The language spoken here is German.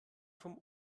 vom